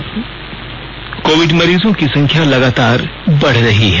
शुरुआत कोविड मरीजों की संख्या लगातार बढ़ रही है